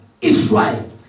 Israel